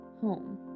home